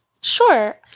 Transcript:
Sure